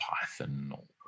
Python